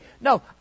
no